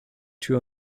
tür